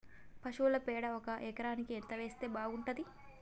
పశువుల పేడ ఒక ఎకరానికి ఎంత వేస్తే బాగుంటది?